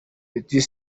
petit